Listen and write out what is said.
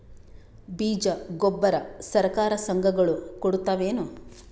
ಬೀಜ ಗೊಬ್ಬರ ಸರಕಾರ, ಸಂಘ ಗಳು ಕೊಡುತಾವೇನು?